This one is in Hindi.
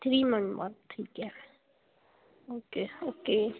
थ्री मंथ बाद ठीक है ओके ओके